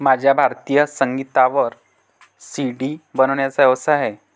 माझा भारतीय संगीतावर सी.डी बनवण्याचा व्यवसाय आहे